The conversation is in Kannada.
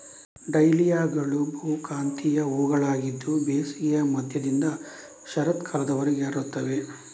ಡಹ್ಲಿಯಾಗಳು ಬಹುಕಾಂತೀಯ ಹೂವುಗಳಾಗಿದ್ದು ಬೇಸಿಗೆಯ ಮಧ್ಯದಿಂದ ಶರತ್ಕಾಲದವರೆಗೆ ಅರಳುತ್ತವೆ